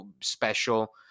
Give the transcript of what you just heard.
special